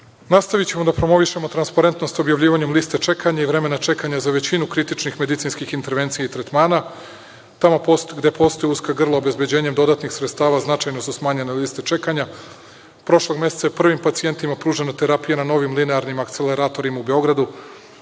samouprava. Nastavićemo da promovišemo transparentnost objavljivanjem liste čekanja i vremena čekanja za većinu kritičnih medicinskih intervencija i tretmana. Tamo gde postoje uska grla obezbeđenjem dodatnih sredstava značajno su smanjena liste čekanja. Prošlog meseca je prvim pacijentima pružena terapija na novim linearnim akceleratorima u Beogradu,